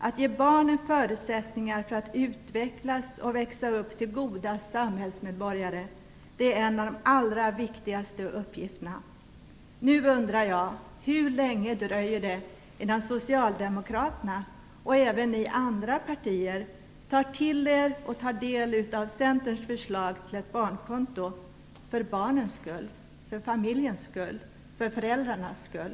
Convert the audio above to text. Att ge barnen förutsättningar för att utvecklas och växa upp till goda samhällsmedborgare är en av de allra viktigaste uppgifterna. Nu undrar jag: Hur länge dröjer det innan ni socialdemokrater, och även ni i andra partier, tar till er och tar del av Centerns förslag till barnkonto, för barnen skull, för familjens skull och för föräldrarnas skull?